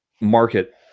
market